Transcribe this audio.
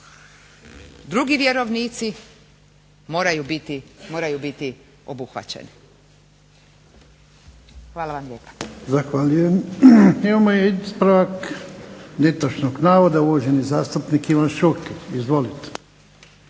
drugi vjerovnici moraju biti obuhvaćeni. Hvala vam lijepa.